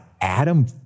Adam